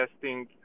testing